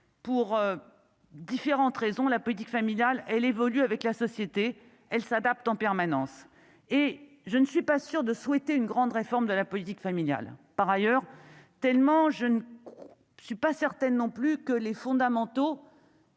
Pour différentes raisons, la politique familiale, elle évolue avec la société, elle s'adapte en permanence et je ne suis pas sûr de souhaiter une grande réforme de la politique familiale, par ailleurs, tellement je ne suis pas certaine non plus que les fondamentaux.